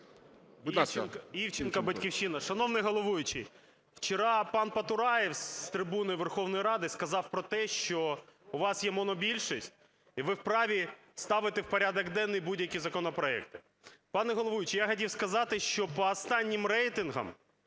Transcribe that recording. Івченко, "Батьківщина". Шановний головуючий, вчора пан Потураєв з трибуни Верховної Ради сказав про те, що у вас є монобільшість і ви вправі ставити в порядок денний будь-які законопроекти. Пане головуючий, я хотів сказати, що по останнім рейтингам